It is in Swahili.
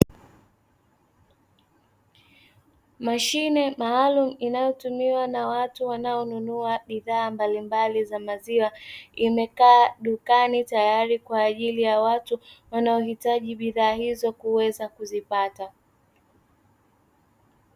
Mashine maalumu inayotumiwa na watu wanaonunua bidhaa mbalimbali za maziwa, imekaa dukani tayari kwa ajili ya watu wanaohitaji bidhaa hizo kuweza kuzipata.